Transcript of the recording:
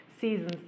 seasons